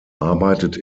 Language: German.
arbeitet